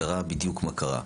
וראה בדיוק מה קרה.